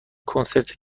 کنسرت